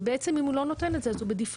ובעצם אם הוא לא נותן את זה אז הוא ב-default,